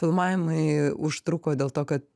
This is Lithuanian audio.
filmavimai užtruko dėl to kad